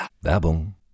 Werbung